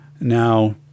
Now